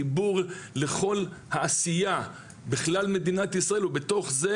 חיבור לכל העשייה בכלל מדינת ישראל ובתוך זה